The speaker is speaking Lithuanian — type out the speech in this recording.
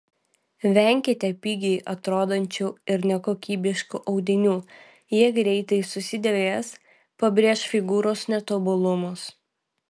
venkite pigiai atrodančių ir nekokybiškų audinių jie greitai susidėvės pabrėš figūros netobulumus